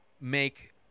make